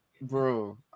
bro